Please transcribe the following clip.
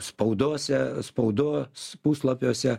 spaudose spaudos puslapiuose